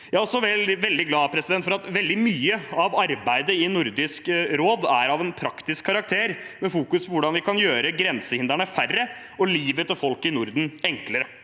Jeg er også veldig glad for at veldig mye av arbeidet i Nordisk råd er av en praktisk karakter, med fokus på hvordan vi kan gjøre grensehindrene færre, og livet til folk i Norden enklere.